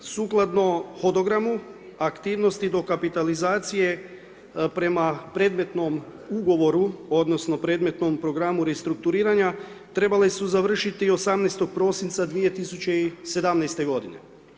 Sukladno hodogramu aktivnosti dokapitalizacije prema predmetnom ugovoru, odnosno predmetnom programu restrukturiranja trebale su završiti 18. prosinca 2017. godine.